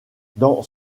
dans